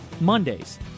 Mondays